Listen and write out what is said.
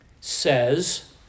says